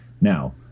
Now